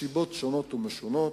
מסיבות שונות ומשונות.